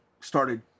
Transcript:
started